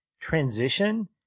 transition